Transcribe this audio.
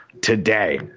today